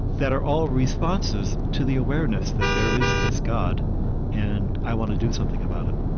that are all responses to the awareness that there is this god and i want to do something about it